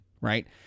Right